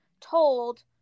told